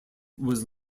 was